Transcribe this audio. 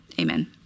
amen